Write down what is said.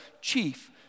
chief